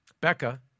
Becca